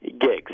gigs